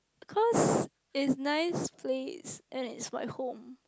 cause it's nice place and it's my home